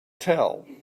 tell